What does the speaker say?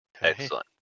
Excellent